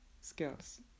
skills